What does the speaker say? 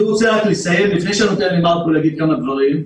אני רוצה רק לסיים לפני שאני נותן למרקו להגיד כמה דברים.